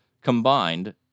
Combined